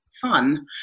fun